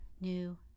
new